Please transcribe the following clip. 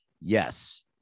yes